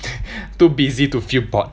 too busy to feel bored